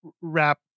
wrap